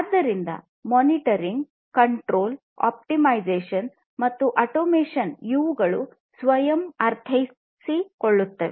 ಆದ್ದರಿಂದ monitoring control optimisation ಮತ್ತು automation ಇವುಗಳು ಸ್ವಯಂ ಅರ್ಥೈಸಿಕೊಳ್ಳುತ್ತವೆ